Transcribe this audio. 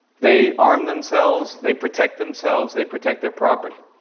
they arm themselves. they protect themselves. they protect their property,